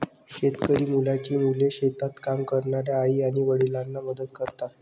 शेतकरी मुलांची मुले शेतात काम करणाऱ्या आई आणि वडिलांना मदत करतात